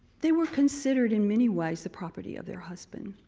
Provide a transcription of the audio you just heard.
they were considered, in many ways, the property of their husband.